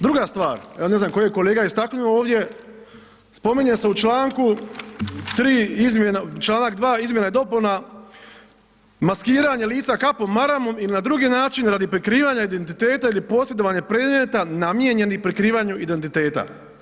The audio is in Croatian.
Druga stvar, ja ne znam koje je kolega istaknuo ovdje, spominje se u članku 2. izmjena i dopuna „maskiranje lica kapom, maramom ili na drugi način radi prikrivanja identiteta ili posjedovanje predmeta namijenjenih prikrivanju identiteta“